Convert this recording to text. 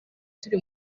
turi